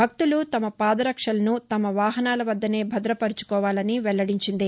భక్తులు తమ పాదరక్షలను తమవాహనాల వద్దనే భద్ర పరచుకోవాలని వెల్లడించింది